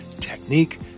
technique